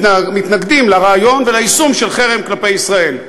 מתנגדים לרעיון וליישום של חרם כלפי ישראל,